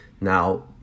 now